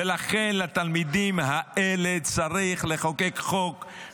ולכן לתלמידים האלה צריך לחוקק חוק,